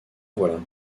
voilà